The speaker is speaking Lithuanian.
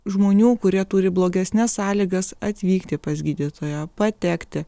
žmonių kurie turi blogesnes sąlygas atvykti pas gydytoją patekti